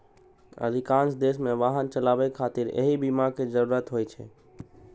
अधिकांश देश मे वाहन चलाबै खातिर एहि बीमा के जरूरत होइ छै